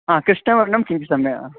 हा कृष्णवर्णं किञ्चित् सम्यक्